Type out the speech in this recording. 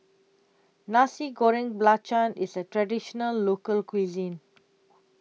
Nasi Goreng Belacan IS A Traditional Local Cuisine